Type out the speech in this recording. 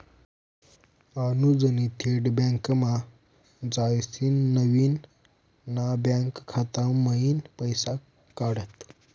अनुजनी थेट बँकमा जायसीन नवीन ना बँक खाता मयीन पैसा काढात